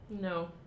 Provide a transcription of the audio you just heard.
No